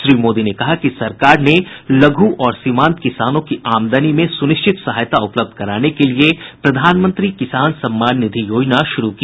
श्री मोदी ने कहा कि सरकार ने लघु और सीमांत किसानों की आमदनी में सुनिश्चित सहायता उपलब्ध कराने के लिए प्रधानमंत्री किसान सम्मान निधि योजना शुरू की